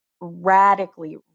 radically